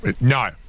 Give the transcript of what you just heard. No